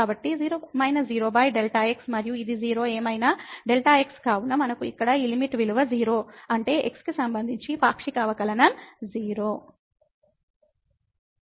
కాబట్టి 0 0 Δx మరియు ఇది 0 ఏమైనా Δx కావున మనకు ఇక్కడ ఈ లిమిట్ విలువ 0 అంటే x కు సంబంధించి పాక్షిక అవకలనం0